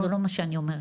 זה לא מה שאני אומרת,